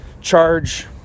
Charge